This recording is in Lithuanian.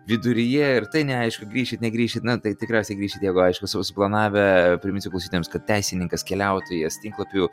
viduryje ir tai neaišku grįžt negrįžt na tai tikriausiai grįšit jeigu aišku su suplanavę priminsiu klausytojams kad teisininkas keliautojas tinklapių